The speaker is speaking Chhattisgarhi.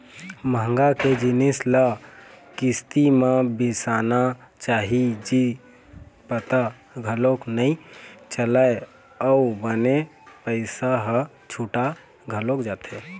महँगा के जिनिस ल किस्ती म बिसाना चाही जी पता घलोक नइ चलय अउ बने पइसा ह छुटा घलोक जाथे